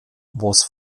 was